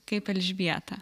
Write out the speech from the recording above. kaip elžbieta